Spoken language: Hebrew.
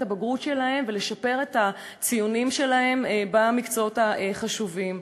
הבגרות שלהם ולשפר את הציונים שלהם במקצועות החשובים.